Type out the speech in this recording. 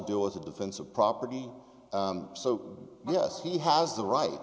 do as a defense of property so yes he has the right